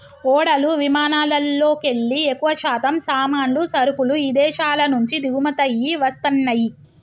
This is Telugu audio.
ఓడలు విమానాలల్లోకెల్లి ఎక్కువశాతం సామాన్లు, సరుకులు ఇదేశాల నుంచి దిగుమతయ్యి వస్తన్నయ్యి